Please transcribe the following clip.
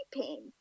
pain